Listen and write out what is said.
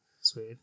Sweet